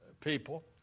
people